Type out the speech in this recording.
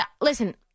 listen